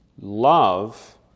love